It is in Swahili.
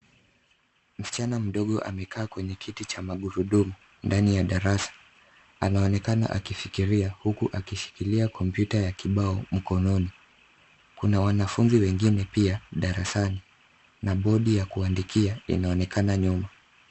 Msichana mdogo amekaa kwenye kiti cha magurudumu ndani ya darasa. Anaonekana akifikiria huku akishikilia kompyuta ya kibao mkononi. Kuna wanafunzi wengine pia darasani na bodi ya kuandikia inaonekana nyuma.